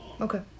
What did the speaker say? Okay